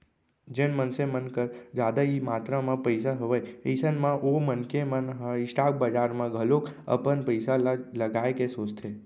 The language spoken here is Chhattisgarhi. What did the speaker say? जेन मनसे मन कर जादा ही मातरा म पइसा हवय अइसन म ओ मनखे मन ह स्टॉक बजार म घलोक अपन पइसा ल लगाए के सोचथे